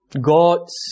God's